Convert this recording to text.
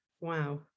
Wow